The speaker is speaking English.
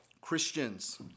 Christians